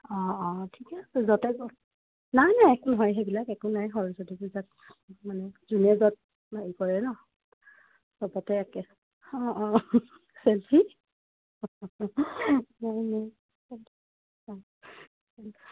অঁ অঁ ঠিকেই আছে য'তেই কৰক নাই নাই একো নহয় সেইবিলাক একো নাই হয় যদি ক'ৰবাত মানে যোনে য'ত হেৰি কৰে ন চবতে একে অঁ অঁ বাকী হয় ন অঁ অঁ